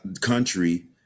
country